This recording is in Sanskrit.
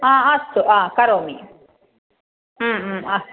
हा अस्तु हा करोमि अस्